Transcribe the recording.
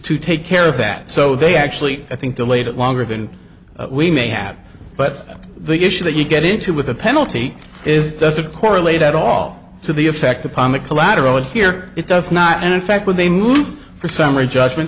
to take care of that so they actually i think delayed it longer than we may have but the issue that you get into with the penalty is doesn't correlate at all to the effect upon the collateral and here it does not and in fact when they move for summary judgment